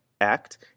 Act